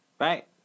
Right